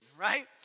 right